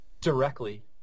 directly